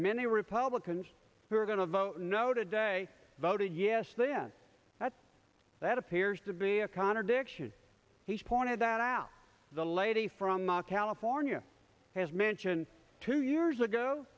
many republicans who are going to vote no today voted yes then that's that appears to be a contradiction he's pointed that out the lady from california has mentioned two years ago